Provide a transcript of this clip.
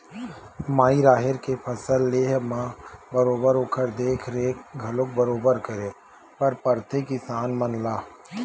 माई राहेर के फसल लेय म बरोबर ओखर देख रेख घलोक बरोबर करे बर परथे किसान मन ला